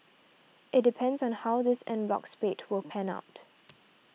it depends on how this en bloc spate will pan out